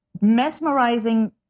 mesmerizing